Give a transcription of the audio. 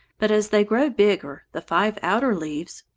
but as they grow bigger, the five outer leaves,